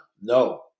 No